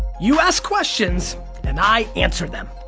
you ask questions and i answer them.